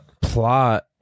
plot